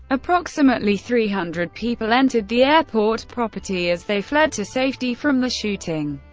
approximately three hundred people entered the airport property as they fled to safety from the shooting.